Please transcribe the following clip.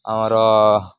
ଆମର